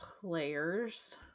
players